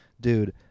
Dude